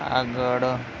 આગળ